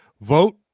vote